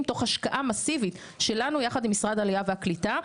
תוך השקעה מסיבית שלנו יחד עם משרד העלייה והקליטה.